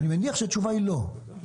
אני מניח שהתשובה היא לא.